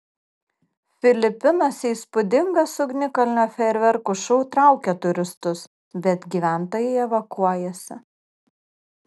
filipinuose įspūdingas ugnikalnio fejerverkų šou traukia turistus bet gyventojai evakuojasi